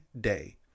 day